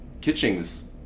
Kitchings